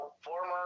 former